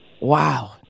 Wow